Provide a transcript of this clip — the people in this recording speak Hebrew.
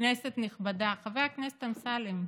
כנסת נכבדה, חבר הכנסת אמסלם,